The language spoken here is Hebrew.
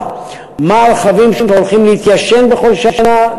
מה מספר הרכבים שהולכים להתיישן בכל שנה,